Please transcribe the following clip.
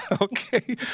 Okay